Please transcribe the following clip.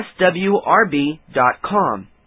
swrb.com